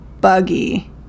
buggy